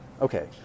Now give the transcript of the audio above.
Okay